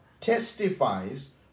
testifies